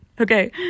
Okay